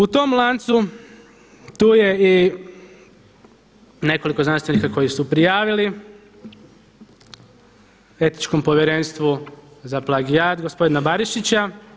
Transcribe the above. U tom lancu tu je i nekoliko znanstvenika koji su prijavili Etičkom povjerenstvu za plagijat gospodina Barišića.